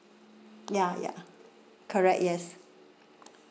ya ya correct yes